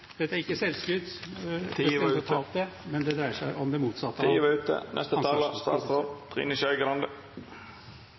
er ikke selvskryt å ta det opp, det dreier seg om det motsatte